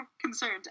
concerned